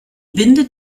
bindet